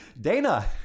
Dana